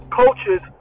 coaches